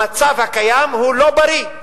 המצב הקיים הוא לא בריא.